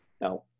Now